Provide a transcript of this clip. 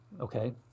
Okay